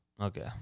Okay